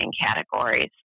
categories